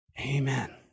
amen